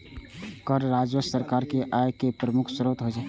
कर राजस्व सरकार के आय केर प्रमुख स्रोत होइ छै